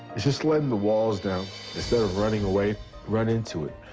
just letting the walls down instead of running away run into it